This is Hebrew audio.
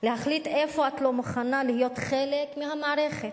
להחליט איפה את לא מוכנה להיות חלק מהמערכת,